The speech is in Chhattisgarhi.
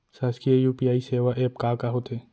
शासकीय यू.पी.आई सेवा एप का का होथे?